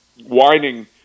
whining